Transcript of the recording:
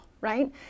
right